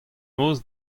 noz